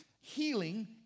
Healing